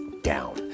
down